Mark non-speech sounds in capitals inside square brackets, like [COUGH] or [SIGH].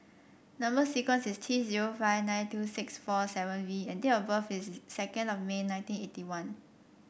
number sequence is T zero five nine two six four seven V and date of birth is [UNINTELLIGIBLE] second of May nineteen eighty one